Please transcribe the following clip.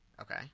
Okay